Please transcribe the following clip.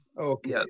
Okay